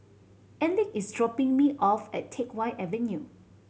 Elick is dropping me off at Teck Whye Avenue